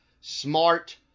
smart